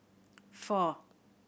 four